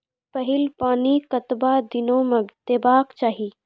पहिल पानि कतबा दिनो म देबाक चाही?